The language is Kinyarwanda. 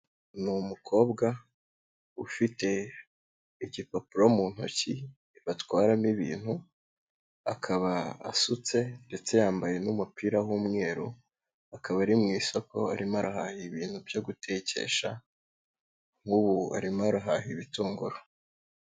Ni umukobwa ufite igipapuro mu ntoki batwaramo ibintu, akaba asutse ndetse yambaye n'umupira w'umweru, akaba ari mu isoko arimo arahaha ibintu byo gutekesha, nk'ubu arimo arahaha ibitunguru.